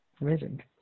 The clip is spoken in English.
amazing